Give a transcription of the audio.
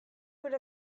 with